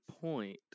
point